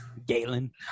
Galen